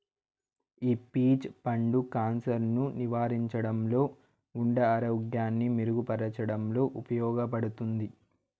ఈ పీచ్ పండు క్యాన్సర్ ను నివారించడంలో, గుండె ఆరోగ్యాన్ని మెరుగు పరచడంలో ఉపయోగపడుతుంది